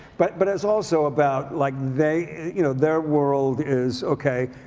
but but it's also about, like, they you know their world is ok.